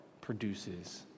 produces